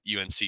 UNC